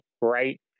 right